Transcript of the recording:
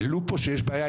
העלו פה שיש בעיה.